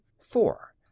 four